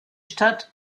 stadt